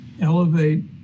elevate